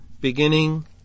beginning